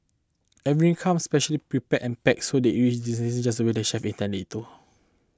every comes specially prepared and packed so that it reaches its destination just the way the chef intend it to